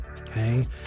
Okay